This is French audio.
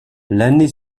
l’année